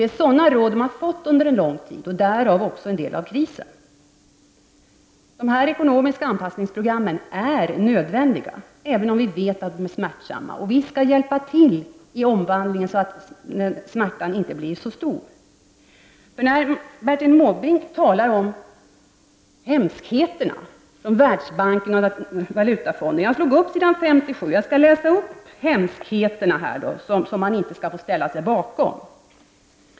Det är sådana råd som länderna har fått under en lång tid, och därav har en del av deras kris uppstått. De ekonomiska anpassningsprogrammen är nödvändiga, även om vi vet att de är smärtsamma. Vi skall hjälpa till i omvandlingen så att smärtan inte blir så stor. Bertil Måbrink talar om hemskheter från Världsbanken och Valutafonden. Jag skall citera hemskheterna som man inte får ställa sig bakom.